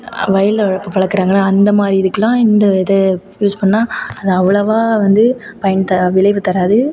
வயலில் வளர்க்க வளர்க்குறாங்கல்ல அந்த மாதிரி இதுக்குலாம் இந்த இத யூஸ் பண்ணிணா அதை அவ்வளோவா வந்து பயன் த விளைவு தராது